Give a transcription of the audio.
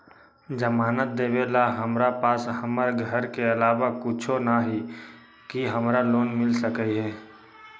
जमानत देवेला हमरा पास हमर घर के अलावा कुछो न ही का हमरा लोन मिल सकई ह?